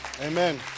Amen